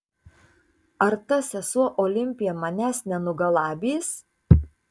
ar ta sesuo olimpija manęs nenugalabys